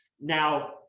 Now